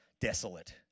desolate